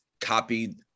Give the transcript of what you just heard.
copied